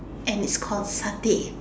and it's called stay